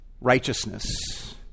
righteousness